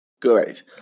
Great